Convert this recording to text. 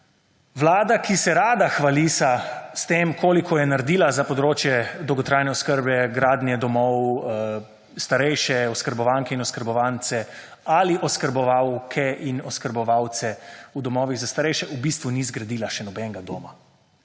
Vlada, ki se rada hvalisa s tem koliko je naredila za področje dolgotrajne oskrbe, gradnje domov, starejše oskrbovanke in oskrbovance ali oskrbovalke in oskrbovalce v domovih za starejše v bistvu ni zgradila še nobenega doma.